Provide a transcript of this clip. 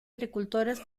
agricultores